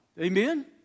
Amen